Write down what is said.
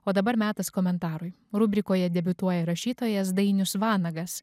o dabar metas komentarui rubrikoje debiutuoja rašytojas dainius vanagas